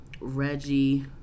Reggie